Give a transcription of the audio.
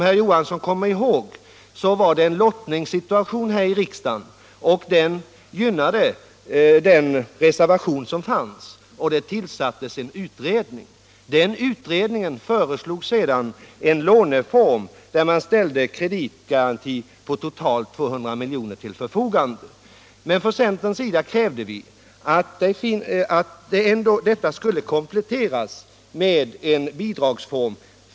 Herr Johansson kanske erinrar sig att det var en lottningssituation här i riksdagen, där lotten gynnade den reservation som förelåg, och följden blev att en utredning tillsattes. Den utredningen föreslog en låneform, för vilken ställdes till förfogande en kreditgaranti på totalt 200 milj.kr. Men från centerns sida krävde vi att denna lånemöjlighet skulle kompletteras med en bidragsform.